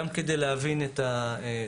גם כדי להבין את הסכומים.